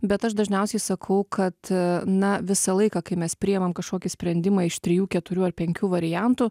bet aš dažniausiai sakau kad na visą laiką kai mes priimam kažkokį sprendimą iš trijų keturių ar penkių variantų